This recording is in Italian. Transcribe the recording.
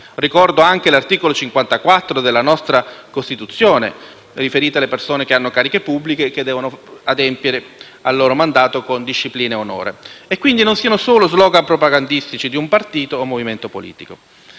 (ricordo anche l'articolo 54 della nostra Costituzione, riferito alle persone che hanno cariche pubbliche e che devono adempiere al loro mandato con disciplina e onore), non solo *slogan* propagandistici di un partito o movimento politico.